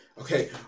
okay